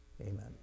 Amen